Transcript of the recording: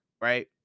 Right